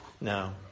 No